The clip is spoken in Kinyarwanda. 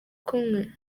kumwe